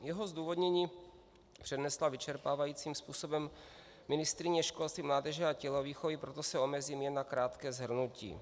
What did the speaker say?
Jeho zdůvodnění přednesla vyčerpávajícím způsobem ministryně školství, mládeže a tělovýchovy, proto se omezím jen na krátké shrnutí.